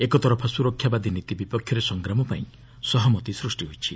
ଏକତରଫା ସୁରକ୍ଷାବାଦୀ ନୀତି ବିପକ୍ଷରେ ସଂଗ୍ରାମପାଇଁ ସହମତି ସୃଷ୍ଟି ହୋଇଛି